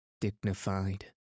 Dignified